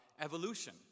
evolution